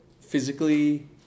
physically